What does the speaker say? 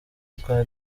bwa